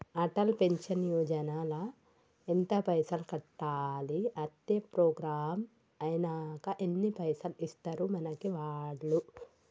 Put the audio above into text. Atal pension Yojana ల ఎంత పైసల్ కట్టాలి? అత్తే ప్రోగ్రాం ఐనాక ఎన్ని పైసల్ ఇస్తరు మనకి వాళ్లు?